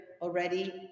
already